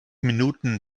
minuten